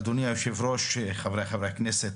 אדוני היושב-ראש, חבריי חברי הכנסת,